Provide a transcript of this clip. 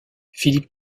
philippe